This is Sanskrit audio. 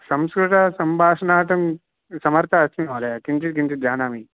संस्कृतसम्भाषणार्थं समर्थः अस्मि महोदय किञ्चित् किञ्चित् जानामि